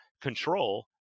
control